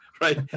Right